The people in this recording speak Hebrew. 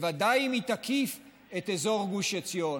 בוודאי אם היא תקיף את אזור גוש עציון